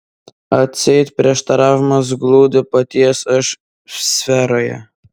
atseit prieštaravimas glūdi paties aš sferoje